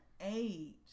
age